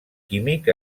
químic